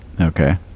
okay